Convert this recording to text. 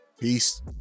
Peace